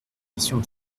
questions